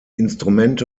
instrumente